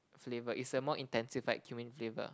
flavor is a more intensified cumin flavor